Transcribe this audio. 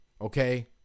Okay